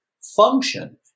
function